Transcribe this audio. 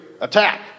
Attack